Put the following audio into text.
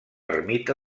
ermita